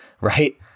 right